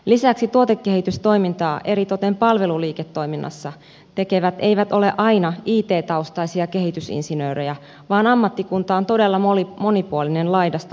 lisäksi tuotekehitystoimintaa eritoten palveluliiketoiminnassa tekevät eivät ole aina it taustaisia kehitysinsinöörejä vaan ammattikunta on todella monipuolinen laidasta laitaan